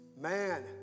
Man